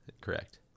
Correct